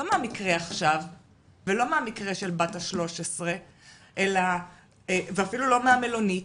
מהמקרה עכשיו ולא מהמקרה של בת ה-13 ואפילו לא מהמלונית,